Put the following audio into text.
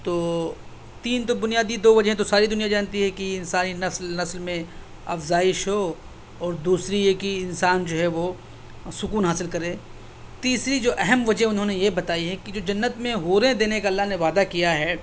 تو تین تو بنیادی دو وجہیں تو ساری دنیا جانتی ہے کہ انسانی نسل نسل میں افزائش ہو اور دوسری یہ کہ انسان جو ہے وہ سکون حاصل کرے تیسری جو اہم وجہ انھوں نے یہ بتائی ہے کہ جو جنت میں حوریں دینے کا اللہ نے وعدہ کیا ہے